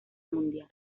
mundial